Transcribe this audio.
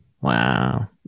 Wow